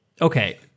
Okay